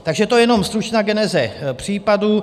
Takže to je jen stručná geneze případu.